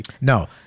No